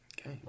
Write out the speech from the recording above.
Okay